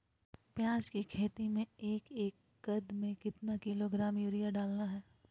प्याज की खेती में एक एकद में कितना किलोग्राम यूरिया डालना है?